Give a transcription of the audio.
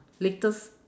latest